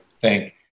thank